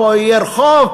פה יהיה רחוב,